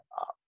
up